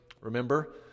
remember